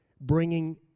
bringing